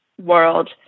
world